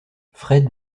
fred